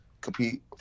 compete